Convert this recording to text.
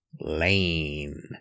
Lane